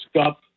scup